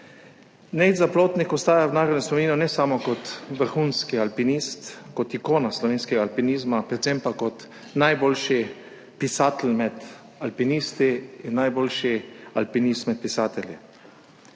Nejc Zaplotnik ostaja v narodnem spominu ne samo kot vrhunski alpinist, kot ikona slovenskega alpinizma, predvsem pa kot najboljši pisatelj med alpinisti in najboljši alpinist med pisatelji.